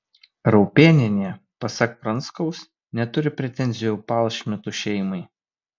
raupėnienė pasak pranskaus neturi pretenzijų palšmitų šeimai